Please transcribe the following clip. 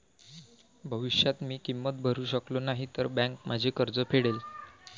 भविष्यात मी किंमत भरू शकलो नाही तर बँक माझे कर्ज फेडेल